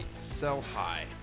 sell-high